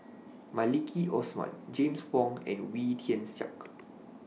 Maliki Osman James Wong and Wee Tian Siak